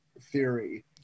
theory